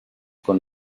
con